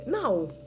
Now